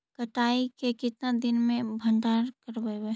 कटाई के कितना दिन मे भंडारन करबय?